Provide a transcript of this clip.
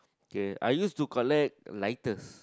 okay I used to collect lighters